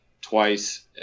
twice